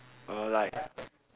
oh like